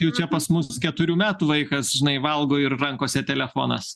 jau čia pas mus keturių metų vaikas žinai valgo ir rankose telefonas